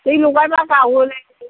दै लगायबा गावोलै